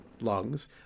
lungs